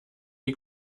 die